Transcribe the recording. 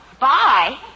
Bye